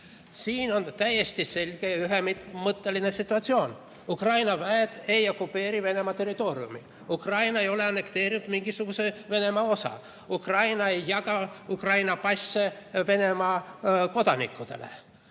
Siin on täiesti selge ühemõtteline situatsioon: Ukraina väed ei okupeeri Venemaa territooriumi, Ukraina ei ole annekteerinud mingisugust Venemaa osa, Ukraina ei jaga Ukraina passe Venemaa kodanikele.